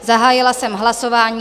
Zahájila jsem hlasování.